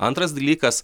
antras dalykas